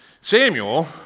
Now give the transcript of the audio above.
Samuel